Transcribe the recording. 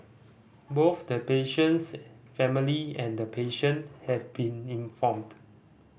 both the patient's family and the patient have been informed